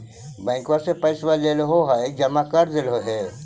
बैंकवा से पैसवा लेलहो है जमा कर देलहो हे?